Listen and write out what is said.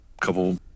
couple